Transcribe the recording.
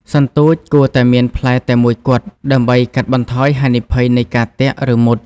សន្ទូច គួរតែមានផ្លែតែមួយគត់ ដើម្បីកាត់បន្ថយហានិភ័យនៃការទាក់ ឬ មុត។